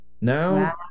Now